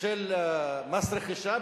של מס רכישה,